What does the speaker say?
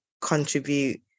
contribute